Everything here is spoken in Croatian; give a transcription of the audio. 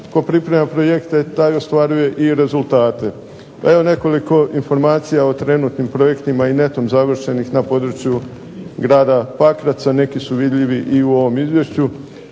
tko priprema projekte, taj ostvaruje i rezultate. Evo nekoliko informacija o trenutnim projektima i netom završenih na području grada Pakraca, neki su vidljivi i u ovom izvješću.